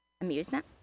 Amusement